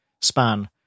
span